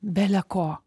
bele ko